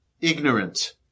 ignorant